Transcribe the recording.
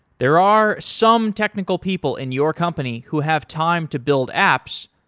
there are some technical people in your company who have time to build apps,